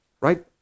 right